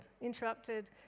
interrupted